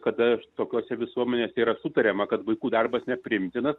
kada tokiose visuomenėse yra sutariama kad vaikų darbas nepriimtinas